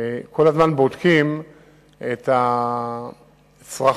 כל הזמן בודקים את הצרכים